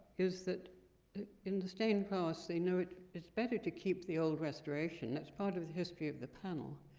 is that in the stained glass they know it is better to keep the old restoration. that's part of the history of the panel.